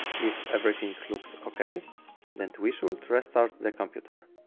if everything looks okay then we should restart the computer